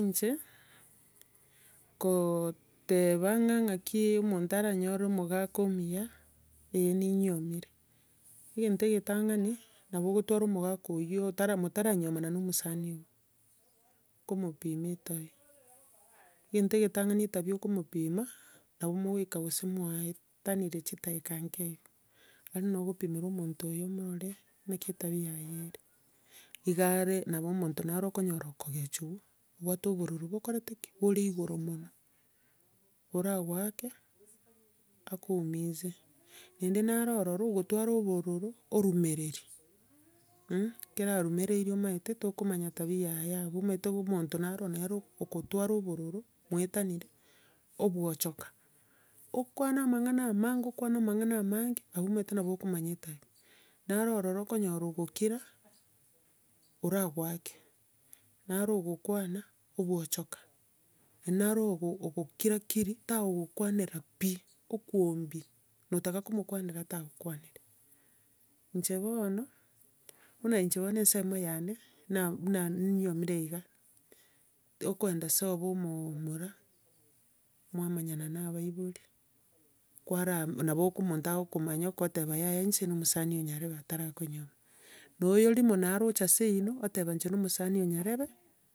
Inche, kooteba ng'ang'aki omonto aranyore omogaka omuya, eh ninyiomire. Egento egetang'ani, nabo ogotwara omogaka oyio taramo taranyiomana na omosani oye, okopima etabia. egento egetang'ani etabia ogomopima, nabo mogoika gose mwae tanire chidakika nke igo, aria nabo okopimera omonto oyio omorore naki etabia yaye ere. Iga are nabo omonto nare okonyora okogechiwa, obwate obororo bokorete ki? bore igoro mono. Oragoeke akoumise naende naro ororo okotwara obororo, orumereria, ekero arumereiri omanyete, tokomanya tabia yaye abwo. Omanyete iga omonto naro nere okotwara obororo mwaetanire, obwochoka. Okwana amang'ana amange okwana amang'ana amange, abwo omanyete nabo okomanya etabia. Naro ororo okonyora ogokira oragoake, naro ogokwana, obwochoka, naende naro ogo- ogokira kiri, tagokokwanera pi, okwombia, notaka komokwanera tagokwanereria. Nche bono, buna inche bono ense emo yane na- buna nyiomire iga, okogenda sobo omoomura mwamanyana na abaibori, kwaraa nabo oko- omonto agokomanya okoteba yaya inche na omosani o nyarebe atarakonyioma. Na oyio rimo naro ocha seino, oteba inche na omosani o nyarebe.